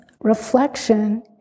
reflection